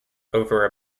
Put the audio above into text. over